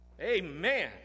Amen